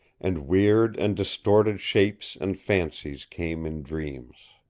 and weird and distorted shapes and fancies came in dreams.